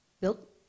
built